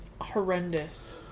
horrendous